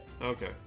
Okay